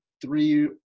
three